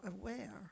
aware